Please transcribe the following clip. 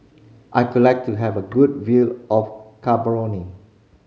I could like to have a good view of Gaborone